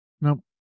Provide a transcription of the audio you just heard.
Nope